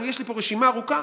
יש לי פה רשימה ארוכה,